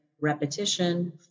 repetition